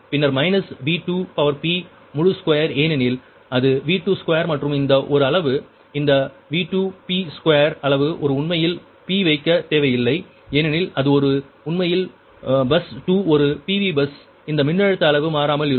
பின்னர் minus V2p முழு square ஏனெனில் அது V2 ஸ்கொயர் மற்றும் இந்த ஒரு அளவு இந்த V2p ஸ்கொயர் அளவு ஒரு உண்மையில் p வைக்க தேவையில்லை ஏனெனில் இது உண்மையில் பஸ் 2 ஒரு PV பஸ் இந்த மின்னழுத்த அளவு மாறாமல் இருக்கும்